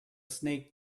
snake